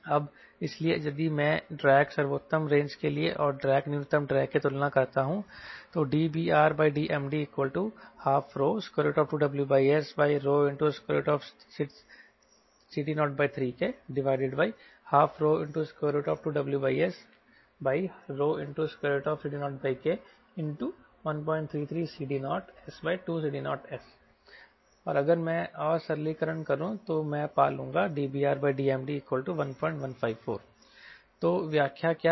अब इसलिए यदि मैं ड्रैग सर्वोत्तम रेंज के लिए और ड्रैग न्यूनतम ड्रैग की तुलना करता हूं DBRDMd122WSCD03K122WSCD0K133CD0S2CD0S अगर मैं और सरलीकरण करूं तो मैं पा लूंगा DBRDMd1154 तो व्याख्या क्या है